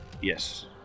Yes